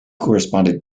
corresponded